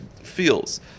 feels